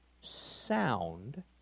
sound